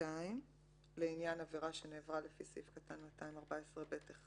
קטין לעניין עבירה שנעברה לפי סעיף קטן 214(ב1);